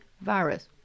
virus